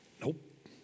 Nope